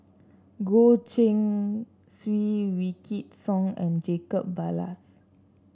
Goh Keng Swee Wykidd Song and Jacob Ballas